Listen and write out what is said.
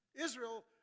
Israel